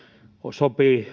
sopii